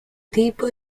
tipo